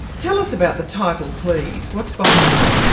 tell us about the title, please. what's behind it?